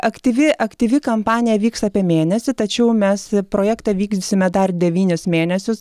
aktyvi aktyvi kampanija vyks apie mėnesį tačiau mes projektą vykdysime dar devynis mėnesius